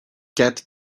get